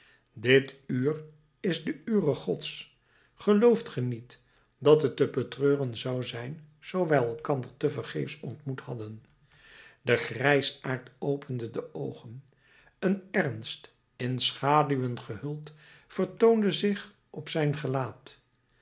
dit uur is de ure gods gelooft ge niet dat het te betreuren zou zijn zoo wij elkander tevergeefs ontmoet hadden de grijsaard opende de oogen een ernst in schaduwen gehuld vertoonde zich op zijn gelaat